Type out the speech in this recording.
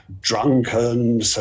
drunken